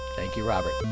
thank you, robert